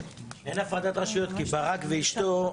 אין הפרדת רשויות כי ברק ואשתו,